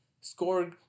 score